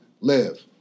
live